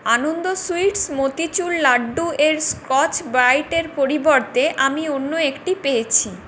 আনন্দ sweets motichoor লাড্ডুর scotch ব্রাইটের পরিবর্তে আমি অন্য একটি পেয়েছি